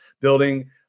building